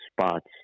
spots